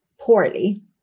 poorly